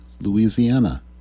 Louisiana